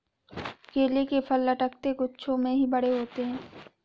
केले के फल लटकते गुच्छों में ही बड़े होते है